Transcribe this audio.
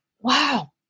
wow